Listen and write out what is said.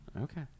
Okay